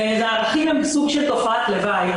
הערכים הם סוג של תופעת לוואי.